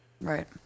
right